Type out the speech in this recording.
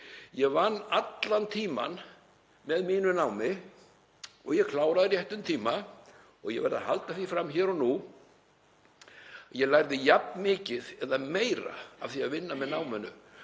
Ég vann allan tímann með mínu námi, ég kláraði á réttum tíma og ég verð að halda því fram hér og nú að ég lærði jafn mikið eða meira af því að vinna með náminu.